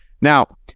Now